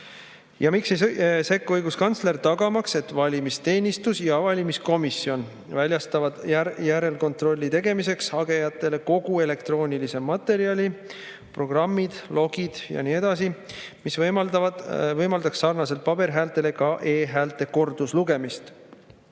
Ja miks ei sekku õiguskantsler, tagamaks, et valimisteenistus ja valimiskomisjon väljastavad järelkontrolli tegemiseks hagejatele kogu elektroonilise materjali, programmid, logid ja nii edasi, mis võimaldaks sarnaselt paberil antud häältele ka e-häälte korduslugemist?